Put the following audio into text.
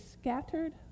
scattered